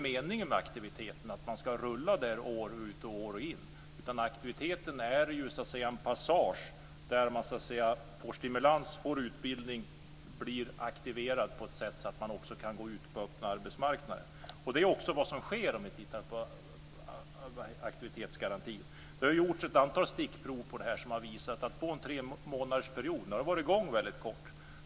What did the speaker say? Meningen med aktiviteten är inte att man ska rulla där år ut och år in, utan den är en passage där man får stimulans och utbildning och blir aktiverad på ett sätt så att man också kan gå ut på den öppna arbetsmarknaden. Detta är också vad som sker. Det ser vi om vi tittar på aktivitetsgarantin. Nu har ju den varit i gång under väldigt kort tid och naturligtvis haft barnsjukdomar från början, vilket också har pekats på.